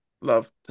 Love